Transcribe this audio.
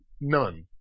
none